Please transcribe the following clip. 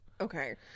Okay